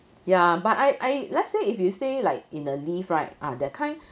yeah but I I let's say if you say like in a lift right ah that kind